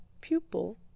pupil